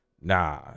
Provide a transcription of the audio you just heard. Nah